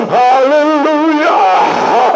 hallelujah